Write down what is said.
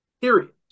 Period